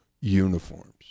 uniforms